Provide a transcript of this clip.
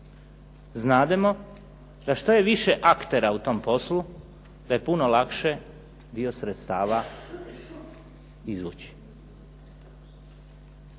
Znademo da što je više aktera u tom poslu da je puno lakše dio sredstava izvući.